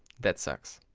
that sucks.